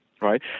right